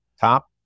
top